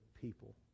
people